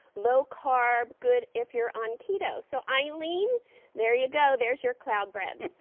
low carb, good if you're on keto. so i lean there you go. there's your claw bread.